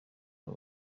aba